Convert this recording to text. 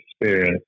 experience